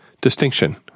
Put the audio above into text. distinction